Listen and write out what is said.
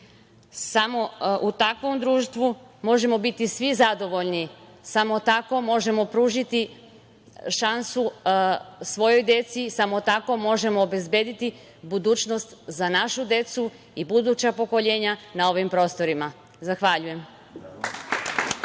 Samo u takvom društvu možemo biti svi zadovoljni, samo tako možemo pružiti šansu svojoj deci, samo tako možemo obezbediti budućnost za našu decu i buduća pokolenja na ovim prostorima. Zahvaljujem.